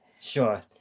Sure